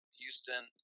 Houston